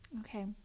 Okay